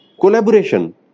collaboration